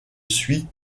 suit